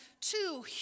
two